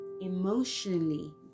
emotionally